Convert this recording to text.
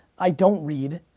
i don't read,